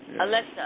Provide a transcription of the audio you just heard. Alexa